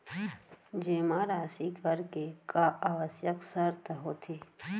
जेमा राशि करे के का आवश्यक शर्त होथे?